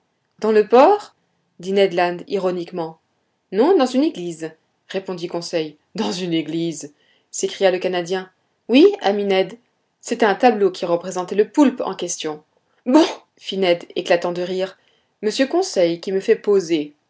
dans le port dit ned land ironiquement non dans une église répondit conseil dans une église s'écria le canadien oui ami ned c'était un tableau qui représentait le poulpe en question bon fit ned land éclatant de rire monsieur conseil qui me fait poser